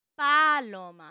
Paloma